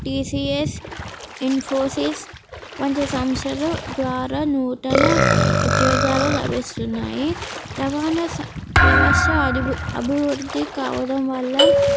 tea C S Infosys వంటి సంస్థల ద్వారా నూతన ఉద్యోగాలు లభిస్తున్నాయి రవాణా స వ్యవస్థ అభ అభివృద్ధి కావడం వల్ల